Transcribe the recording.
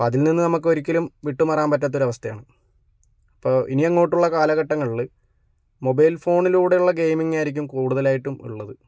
അപ്പോൾ അതിൽ നിന്നും നമുക്കൊരിക്കലും വിട്ട് മാറാൻ പറ്റാത്ത ഒരവസ്ഥയാണ് അപ്പോൾ ഇനിയങ്ങോട്ടുള്ള കാലഘട്ടങ്ങളില് മൊബൈൽ ഫോണിലൂടെയുള്ള ഗെയിമിങ്ങായിരിക്കും കൂടുതലായിട്ടും ഉള്ളത്